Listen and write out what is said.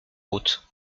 route